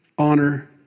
honor